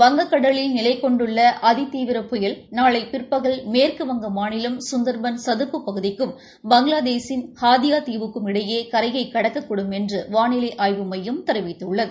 வங்கக்கடலில் நிலை கொண்டுள்ள அதி தீவிர புயல் நாளை பிற்பகல் மேற்குவங்க மாநிலம் சுந்தா்பன் சதுப்பு பகுதிக்கும் பங்களாரேஷின் ஹப்பியா தீவுக்கும் இடையே கரையை கடக்கக்கூடும் வானிலை ஆய்வு மையம் தெரிவித்துள்ளது